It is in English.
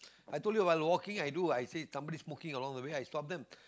I told you while walking i do I say somebody smoking along the way I stop them